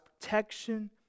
protection